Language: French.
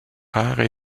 rares